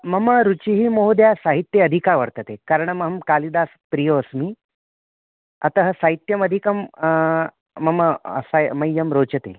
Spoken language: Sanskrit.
मम रुचिः महोदया साहित्ये अधिका वर्तते कारणमहं कालिदासप्रियो अस्मि अतः साहित्यमधिकं मम सायं मह्यं रोचते